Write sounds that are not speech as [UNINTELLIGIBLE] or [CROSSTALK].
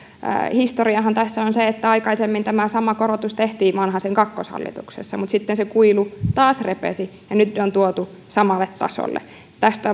historiahan tässä on se että aikaisemmin tämä sama korotus tehtiin vanhasen kakkoshallituksessa mutta sitten se kuilu taas repesi ja nyt on tuotu samalle tasolle tästä [UNINTELLIGIBLE]